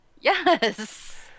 Yes